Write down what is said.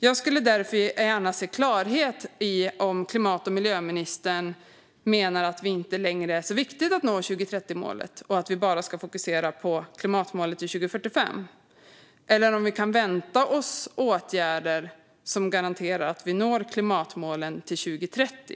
Jag skulle gärna vilja få klarhet i om klimat och miljöministern menar att det inte längre är så viktigt att nå 2030-målet och att vi bara ska fokusera på klimatmålet 2045 eller om vi kan vänta oss åtgärder som garanterar att vi når klimatmålen till 2030.